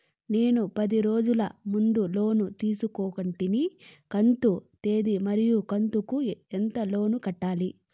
నేను పది రోజుల ముందు లోను తీసుకొంటిని కంతు తేది మరియు కంతు కు ఎంత లోను కట్టాలి?